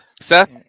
Seth